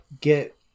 get